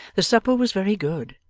the supper was very good,